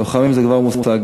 לוחמים זה מושג